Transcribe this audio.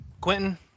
Quentin